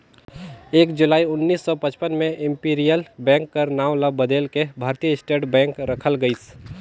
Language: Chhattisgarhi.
एक जुलाई उन्नीस सौ पचपन में इम्पीरियल बेंक कर नांव ल बलेद के भारतीय स्टेट बेंक रखल गइस